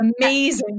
amazing